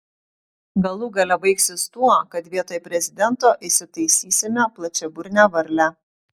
galų gale baigsis tuo kad vietoj prezidento įsitaisysime plačiaburnę varlę